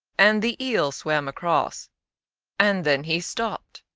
and the eel swam across and then he stopped.